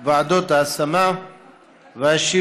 של ועדות ההשמה והשילוב,